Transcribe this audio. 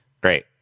great